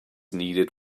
needed